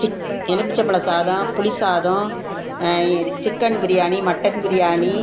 sick எலுமிச்சபழம் சாதம் புளி சாதம் இ சிக்கன் பிரியாணி மட்டன் பிரியாணி